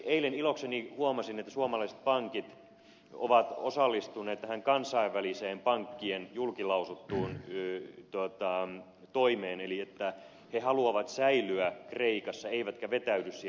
eilen ilokseni huomasin että suomalaiset pankit ovat osallistuneet tähän kansainväliseen pankkien julkilausuttuun toimeen eli että ne haluavat säilyä kreikassa eivätkä vetäydy sieltä pois